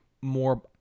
more